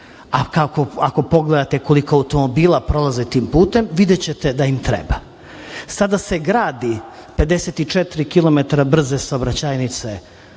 Ako pogledate koliko automobila prolazi tim putem, videćete da im treba. Sada se gradi 54 kilometra brze saobraćajnice